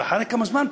ואחרי כמה זמן,